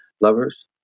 Lovers